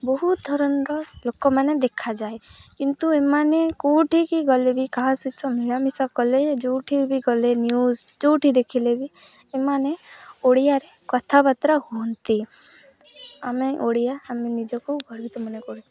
ବହୁତ ଧରଣର ଲୋକମାନେ ଦେଖାଯାଏ କିନ୍ତୁ ଏମାନେ କେଉଁଠିିକି ଗଲେ ବି କାହା ସହିତ ମିଳାମିଶା କଲେ ଯେଉଁଠି ବି ଗଲେ ନ୍ୟୁଜ୍ ଯେଉଁଠି ଦେଖିଲେ ବି ଏମାନେ ଓଡ଼ିଆରେ କଥାବାର୍ତ୍ତା ହୁଅନ୍ତି ଆମେ ଓଡ଼ିଆ ଆମେ ନିଜକୁ ଗର୍ବିତ ମନେ କରୁଛେ